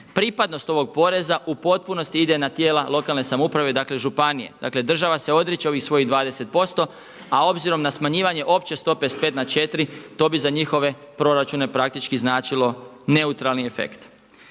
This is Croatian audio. Pripadnost ovog poreza u potpunosti ide na tijela lokalne samouprave, dakle županije. Dakle, država se odriče ovih svojih 20% a obzirom na smanjivanje opće stope sa 5 na 4 to bi za njihove proračune praktički značilo neutralni efekt.